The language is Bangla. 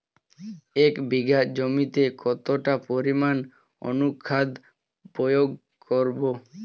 এক বিঘা জমিতে কতটা পরিমাণ অনুখাদ্য প্রয়োগ করব?